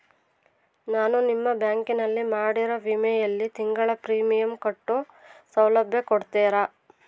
ನಾನು ನಿಮ್ಮ ಬ್ಯಾಂಕಿನಲ್ಲಿ ಮಾಡಿರೋ ವಿಮೆಯಲ್ಲಿ ತಿಂಗಳ ಪ್ರೇಮಿಯಂ ಕಟ್ಟೋ ಸೌಲಭ್ಯ ಕೊಡ್ತೇರಾ?